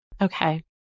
Okay